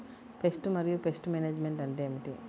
Pest మరియు pest management అంటే ఏమిటి?